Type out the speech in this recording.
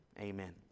amen